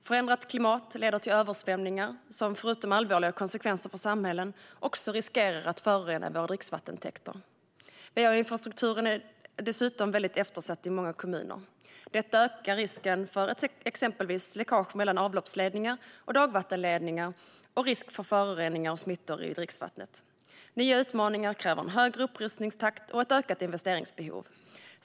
Förändrat klimat leder till översvämningar, som förutom allvarliga konsekvenser för samhällen också riskerar att förorena våra dricksvattentäkter. VA-infrastrukturen är dessutom väldigt eftersatt i många kommuner. Detta ökar risken för exempelvis läckage mellan avloppsledningar och dagvattenledningar samt risken för föroreningar och smittor i dricksvattnet. Nya utmaningar kräver en högre upprustningstakt och skapar ett ökat investeringsbehov.